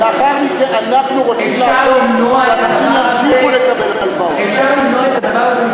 לאחר מכן אנחנו רוצים, אפשר למנוע את הדבר הזה.